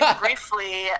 briefly